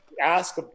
Ask